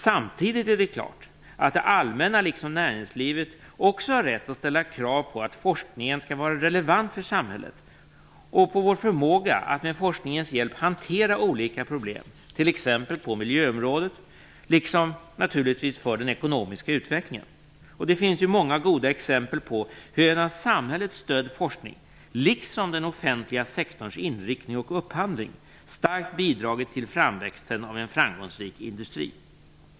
Samtidigt är det klart att det allmänna liksom näringslivet också har rätt att ställa krav på att forskningen skall vara relevant för samhället och på vår förmåga att med forskningens hjälp hantera olika problem - t.ex. på miljöområdet - liksom naturligtvis för den ekonomiska utvecklingen. Det finns många goda exempel på hur en av samhället stödd forskning - liksom den offentliga sektorns inriktning och upphandling - starkt bidragit till framväxten av en framgångsrik industri.